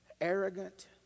arrogant